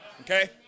Okay